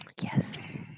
Yes